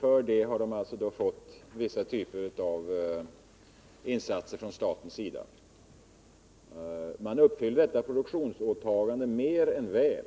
För det har man fått vissa typer av insatser från statens sida. Man uppfyller detta produktionsåtagande mer än väl.